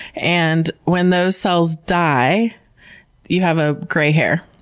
and when those cells die you have a gray hair.